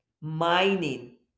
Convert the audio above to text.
mining